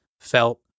Felt